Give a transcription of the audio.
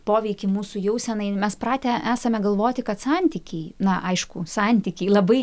poveikį mūsų jausenai ir mes pratę esame galvoti kad santykiai na aišku santykiai labai